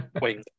Wait